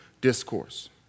discourse